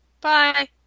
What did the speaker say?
Bye